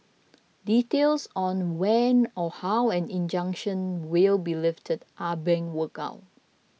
details on when or how an injunction will be lifted are being worked out